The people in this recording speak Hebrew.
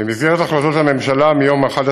כנסת נכבדה, במסגרת החלטות הממשלה מיום 11